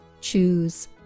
choose